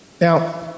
Now